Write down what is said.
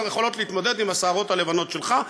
יכולות להתמודד עם השערות הלבנות שלך.